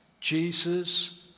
Jesus